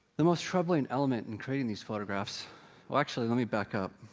the most troubling element in creating these photographs oh, actually let me back up.